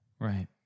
Right